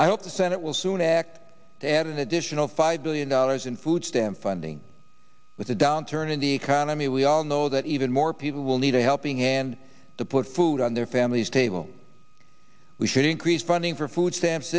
i hope the senate will soon act to add an additional five billion dollars in food stamp funding with a downturn in the economy we all know that even more people will need a helping hand to put food on their family's table we should increase funding for food stamps